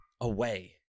away